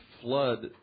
flood